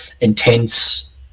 intense